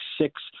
six